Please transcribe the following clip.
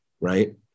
Right